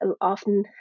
often